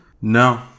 No